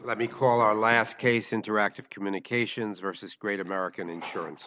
let me call our last case interactive communications vs great american insurance